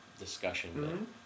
discussion